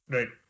Right